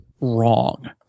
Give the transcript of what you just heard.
wrong